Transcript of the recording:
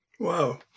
Wow